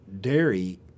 dairy